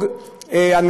תודה רבה.